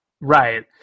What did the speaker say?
Right